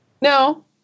No